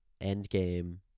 Endgame